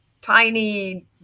tiny